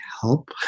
help